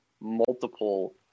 multiple